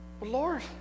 Lord